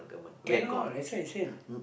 cannot that's what I say